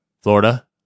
Florida